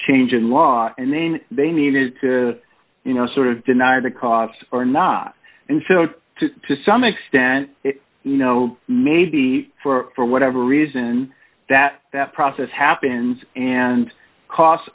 change in law and then they needed to you know sort of deny the costs or not and so to some extent you know maybe for whatever reason that that process happens and cos